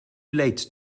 late